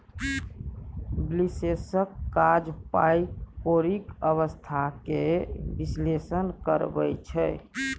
बिश्लेषकक काज पाइ कौरीक अबस्था केँ बिश्लेषण करब छै